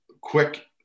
quick